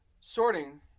sorting